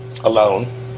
alone